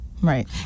Right